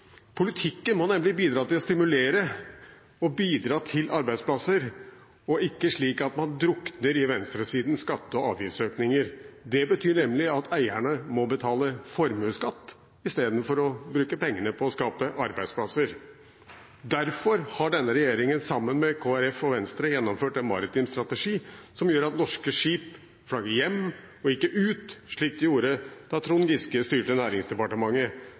Politikken må nemlig bidra til å stimulere til arbeidsplasser – og ikke slik at man drukner i venstresidens skatte- og avgiftsøkninger. Det betyr nemlig at eierne må betale formuesskatt istedenfor å bruke pengene på å skape arbeidsplasser. Derfor har denne regjeringen sammen med Kristelig Folkeparti og Venstre gjennomført en maritim strategi som gjør at norske skip flagger hjem og ikke ut, slik de gjorde da Trond Giske styrte Næringsdepartementet.